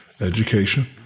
education